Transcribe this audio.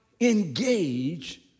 Engage